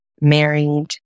married